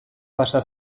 pasa